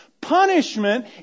Punishment